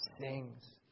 sings